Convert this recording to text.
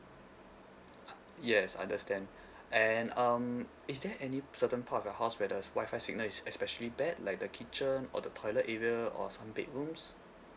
yes understand and um is there any certain part of your house where the wifi signal is especially bad like the kitchen or the toilet area or some bedrooms